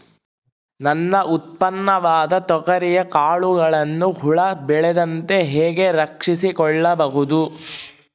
ನನ್ನ ಉತ್ಪನ್ನವಾದ ತೊಗರಿಯ ಕಾಳುಗಳನ್ನು ಹುಳ ಬೇಳದಂತೆ ಹೇಗೆ ರಕ್ಷಿಸಿಕೊಳ್ಳಬಹುದು?